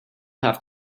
have